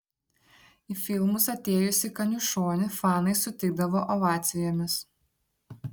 į filmus atėjusį kaniušonį fanai sutikdavo ovacijomis